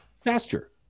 faster